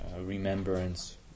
remembrance